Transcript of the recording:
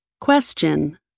Question